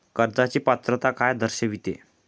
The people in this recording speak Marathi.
कर्जाची पात्रता काय दर्शविते?